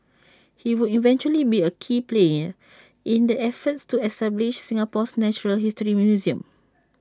he would eventually be A key player in the efforts to establish Singapore's natural history museum